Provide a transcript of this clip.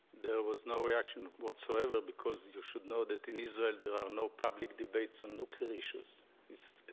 there was no reaction whatsoever, because you should know that in israel there are no public debates on nuclear issues it's